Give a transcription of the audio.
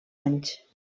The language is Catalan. anys